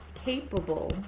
capable